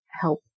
help